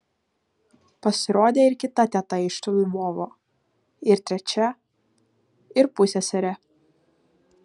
pasirodė ir kita teta iš lvovo ir trečia ir pusseserė